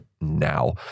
now